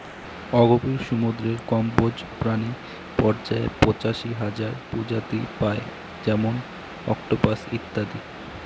অগভীর সমুদ্রের কম্বজ প্রাণী পর্যায়ে পঁচাশি হাজার প্রজাতি পাই যেমন অক্টোপাস ইত্যাদি